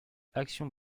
actions